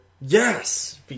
Yes